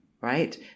Right